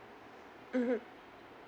mmhmm